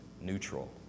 neutral